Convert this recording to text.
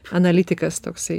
analitikas toksai